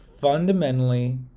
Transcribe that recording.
fundamentally